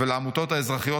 ולעמותות האזרחיות,